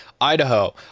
Idaho